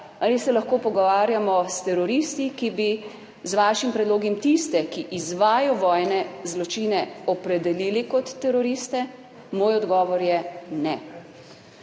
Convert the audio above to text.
ali se lahko pogovarjamo s teroristi, ki bi z vašim predlogom tiste, ki izvajajo vojne zločine, opredelili kot teroriste. Moj odgovor je ne.